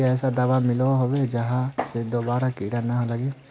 कोई ऐसा दाबा मिलोहो होबे जहा से दोबारा कीड़ा ना लागे?